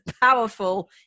powerful